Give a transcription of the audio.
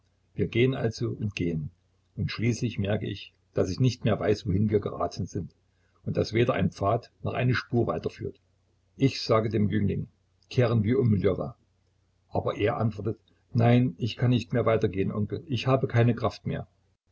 wir gehen also und gehen und schließlich merke ich daß ich nicht mehr weiß wohin wir geraten sind und daß weder ein pfad noch eine spur weiterführt ich sage dem jüngling kehren wir um ljowa aber er antwortet nein ich kann nicht mehr weitergehen onkel ich habe keine kraft mehr